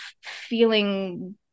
feeling